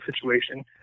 situation